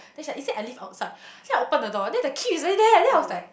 there's like is that I leave outside she like open the door then the key is really there then I was like